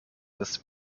des